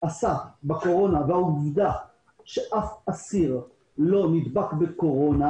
עשה בקורונה והעובדה שאף אסיר לא נדבק בקורונה